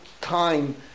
time